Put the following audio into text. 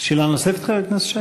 שאלה נוספת, חבר הכנסת שי?